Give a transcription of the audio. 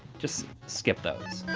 just skip those.